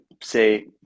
say